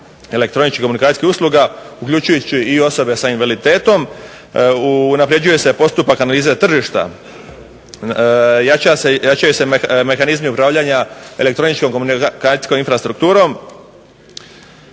elektroničkih komunikacijskih usluga uključujući i osobe sa invaliditetom. Unapređuje se postupak analize tržišta, jačaju se mehanizmi upravljanja elektroničko-komunikacijskom infrastrukturom.